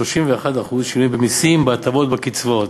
31% שינויים במסים, בהטבות ובקצבאות.